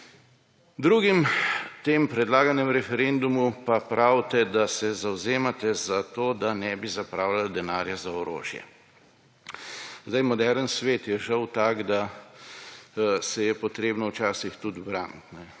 drugem predlaganem referendumu pa pravite, da se zavzemate za to, da ne bi zapravljali denarja za orožje. Moderen svet je žal tak, da se je treba včasih tudi braniti.